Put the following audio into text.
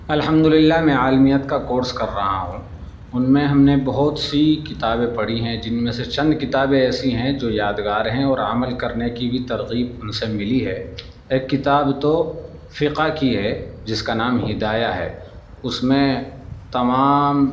الحمد للہ میں عالمیت کا کورس کر رہا ہوں ان میں ہم نے بہت سی کتابیں پڑھی ہیں جن میں سے چند کتابیں ایسی ہیں جو یادگار ہیں اور عمل کرنے کی بھی ترغیب ان سے ملی ہے ایک کتاب تو فقہ کی ہے جس کا نام ہدایہ ہے اس میں تمام